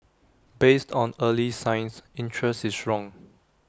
based on early signs interest is strong